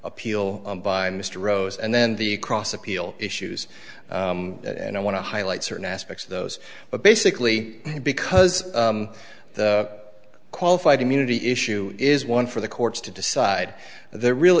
appeal by mr rose and then the cross appeal issues and i want to highlight certain aspects of those but basically because the qualified immunity issue is one for the courts to decide the real